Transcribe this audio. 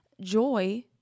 joy